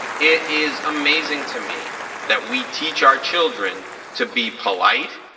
it is amazing to me that we teach our children to be polite,